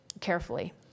carefully